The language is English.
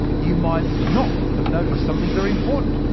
you might not have noticed something very important.